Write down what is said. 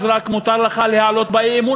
אז רק מותר לך להעלות אי-אמון,